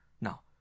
Now